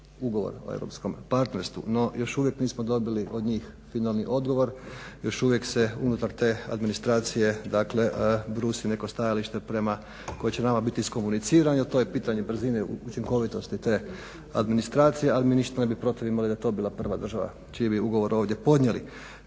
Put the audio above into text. ugovor o europskom partnerstvu. No još uvijek nismo dobili od njih finalni odgovor, još uvijek se unutar te administracije dakle brusi neko stajalište prema koje će nama biti iskomuniciran, a to je pitanje brzine učinkovitosti te administracije, a mi ništa ne bi protiv imali da bi to bila prva država čiji bi ugovor ovdje podnijeli.